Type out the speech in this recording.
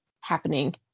happening